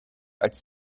als